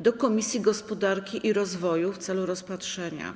do Komisji Gospodarki i Rozwoju w celu rozpatrzenia.